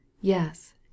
yes